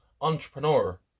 entrepreneur